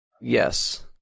Yes